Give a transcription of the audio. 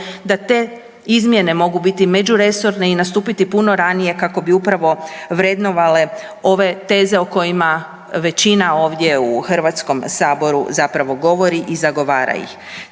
da te izmjene mogu biti međuresorne i nastupiti puno ranije kako bi upravo vrednovale ove teze o kojima većina ovdje u HS zapravo govori i zagovara ih.